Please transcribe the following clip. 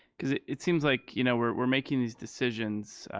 because it seems like you know we're we're making these decisions,